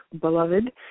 Beloved